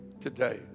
today